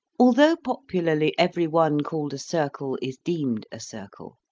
although popularly every one called a circle is deemed a circle,